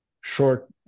short